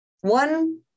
One